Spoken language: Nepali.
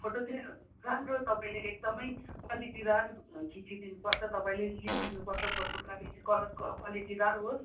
फोटो चाहिँ राम्रो तपाईँले एकदमै क्वालिटीदार खिचिदिनु पर्छ तपाईँले लिइदिनु पर्छ फोटोग्राफी चाहिँ कलर क्वालिटीदार होस्